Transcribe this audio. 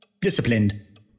...disciplined